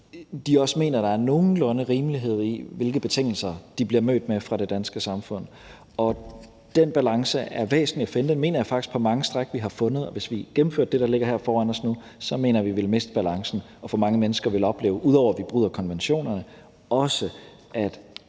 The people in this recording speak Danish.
mener, at der er nogenlunde rimelighed i, hvilke betingelser de bliver mødt med fra det danske samfunds side. Og den balance er det væsentligt at finde, og den mener jeg faktisk at vi på mange stræk har fundet. Hvis vi gennemførte det, der ligger her foran os nu, så mener jeg, at vi ville miste balancen. Og mange mennesker ville også opleve – ud over at vi bryder konventionerne – at